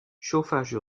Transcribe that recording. chauffage